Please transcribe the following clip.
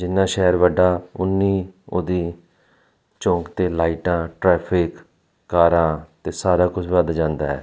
ਜਿੰਨਾਂ ਸ਼ਹਿਰ ਵੱਡਾ ਉੰਨੀ ਉਹਦੀ ਚੌਂਕ ਅਤੇ ਲਾਈਟਾਂ ਟਰੈਫਿਕ ਕਾਰਾਂ ਅਤੇ ਸਾਰਾ ਕੁਛ ਵੱਧ ਜਾਂਦਾ ਹੈ